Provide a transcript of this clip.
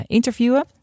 interviewen